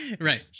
Right